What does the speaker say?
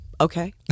Okay